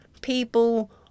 People